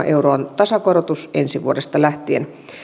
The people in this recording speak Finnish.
euron tasokorotus ensi vuodesta lähtien